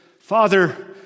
Father